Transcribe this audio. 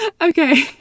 Okay